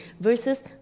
versus